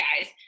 guys